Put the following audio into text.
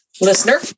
listener